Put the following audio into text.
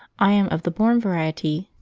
i am of the born variety.